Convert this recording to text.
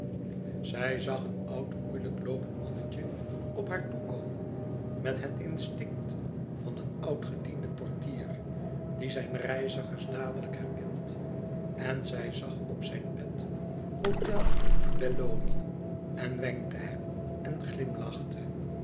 zij zag een oud moeilijk loopend mannetje op haar toe komen met het instinct van een oud-gedienden portier die zijn reizigers dadelijk herkent en zij zag op zijn pet hôtel belloni en wenkte hem en glimlachte